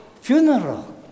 funeral